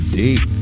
deep